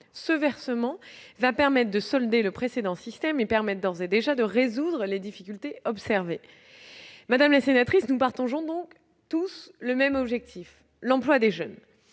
Ce versement soldera le précédent système et permet d'ores et déjà de résoudre les difficultés observées. Madame la sénatrice, nous partageons tous le même objectif : l'emploi des jeunes.